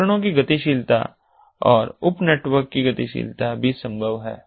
उपकरणों की गतिशीलता और उप नेटवर्क की गतिशीलता भी संभव है